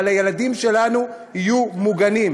אבל הילדים שלנו יהיו מוגנים.